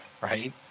right